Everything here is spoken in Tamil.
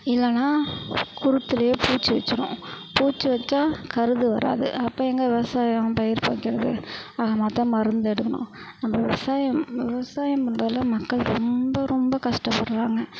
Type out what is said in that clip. இல்லைனா குருத்தில் பூச்சி வெச்சிடும் பூச்சி வெச்சால் கருது வராது அப்போ எங்கள் விவசாயம் பயிர்க்கு வைக்கறது ஆக மொத்தம் மருந்தடிக்கணும் நம்ம விவசாயம் விவசாயம் பண்றதில் மக்கள் ரொம்ப ரொம்ப கஷ்டப்பட்றாங்க